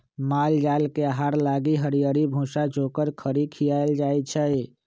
माल जाल के आहार लागी हरियरी, भूसा, चोकर, खरी खियाएल जाई छै